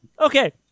Okay